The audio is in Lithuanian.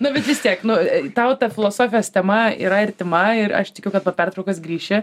nu bet vis tiek nu tau ta filosofijos tema yra artima ir aš tikiu kad po pertraukos grįši